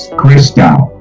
crystal